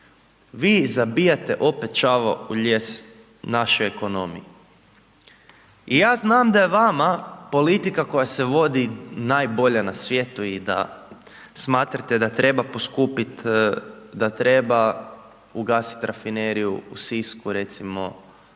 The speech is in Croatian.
vi zabijate opet čavao u lijes naše ekonomije. I ja znam da je vama politika koja se vodi najbolja na svijetu i da smatrate da treba poskupiti, da treba ugasiti rafineriju u Sisku recimo,